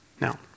Now